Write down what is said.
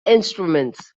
instruments